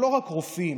לא רק רופאים,